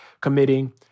committing